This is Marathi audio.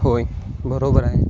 होय बरोबर आहे